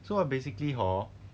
so uh basically hor